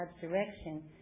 direction